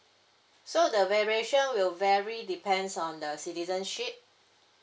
so the variation will vary depends on the citizenship